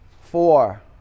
four